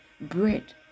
bread